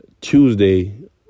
Tuesday